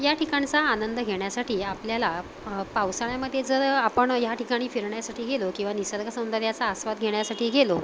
या ठिकाणचा आनंद घेण्यासाठी आपल्याला पावसाळ्यामध्ये जर आपण या ठिकाणी फिरण्यासाठी गेलो किंवा निसर्गसौंदर्याचा आस्वाद घेण्यासाठी गेलो